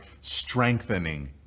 strengthening